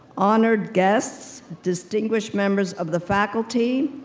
honored guests, distinguished members of the faculty,